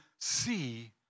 see